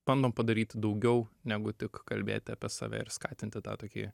bandom padaryti daugiau negu tik kalbėti apie save ir skatinti tą tokį